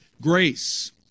Grace